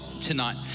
tonight